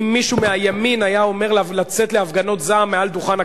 אם מישהו מהימין היה אומר לצאת להפגנות זעם מעל דוכן הכנסת,